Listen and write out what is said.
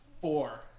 four